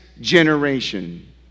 generation